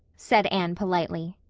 said anne politely.